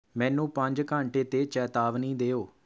ਮੈਨੂੰ ਪੰਜ ਘੰਟੇ 'ਤੇ ਚੇਤਾਵਨੀ ਦਿਓ